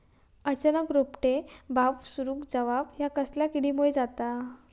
अचानक रोपटे बावाक सुरू जवाप हया कसल्या किडीमुळे जाता?